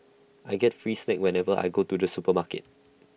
I get free snacks whenever I go to the supermarket